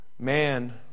Man